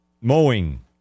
mowing